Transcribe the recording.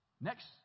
Next